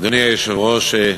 אדוני היושב-ראש,